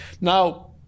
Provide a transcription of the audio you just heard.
Now